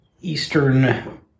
Eastern